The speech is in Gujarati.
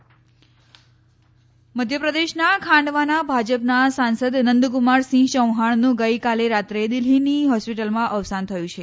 સાંસદ નિધન મધ્યપ્રદેશના ખાંડવાના ભાજપના સાંસદ નંદકુમારસિંહ ચૌહાણનું ગઇકાલે રાત્રે દિલ્ફીની હોસ્પિટલમાં અવસાન થયું છે